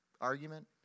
argument